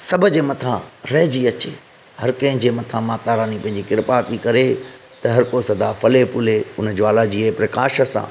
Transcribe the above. सभ जे मथां रहिजी अचे हर कंहिंजे मथां माता रानी पंहिंजी कृपा थी करे त हर को सदा फले फुले हुन ज्वालाजीअ जे प्रकाश सां